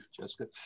Jessica